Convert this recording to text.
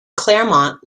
claremont